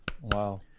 Wow